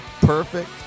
perfect